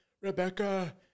Rebecca